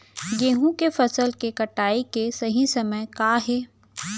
गेहूँ के फसल के कटाई के सही समय का हे?